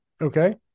okay